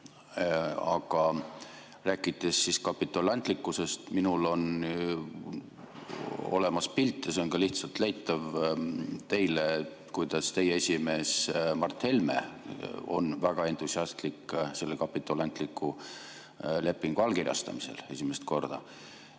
Aga kui rääkida kapitulantlikkusest, siis mul on olemas pilt ja see on lihtsalt leitav ka teil, kuidas teie esimees Mart Helme on väga entusiastlik selle kapitulantliku lepingu allkirjastamisel esimest korda.